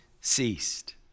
ceased